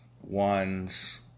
ones